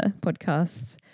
podcasts